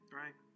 right